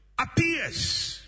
appears